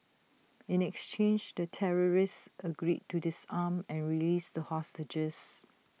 in exchange the terrorists agreed to disarm and released the hostages